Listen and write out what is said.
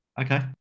Okay